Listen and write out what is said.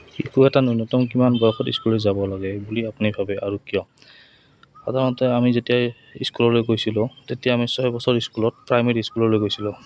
শিশু এটা ন্যূনতম কিমান বয়সত স্কুললৈ যাব লাগে বুলি আপুনি ভাবে আৰু কিয় সাধাৰণতে আমি যেতিয়া স্কুললৈ গৈছিলোঁ তেতিয়া আমি ছয় বছৰ স্কুলত প্ৰাইমেৰী স্কুললৈ গৈছিলোঁ